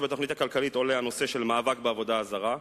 בתוכנית הכלכלית עולה הנושא של מאבק בעבודה הזרה,